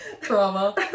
Trauma